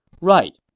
right,